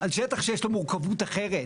על שטח שיש לו מורכבות אחרת,